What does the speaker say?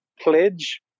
Pledge